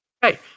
Hey